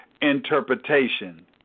Interpretation